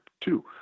two